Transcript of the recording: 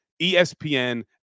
ESPN